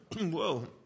Whoa